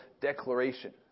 declaration